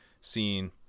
seen